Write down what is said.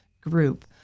group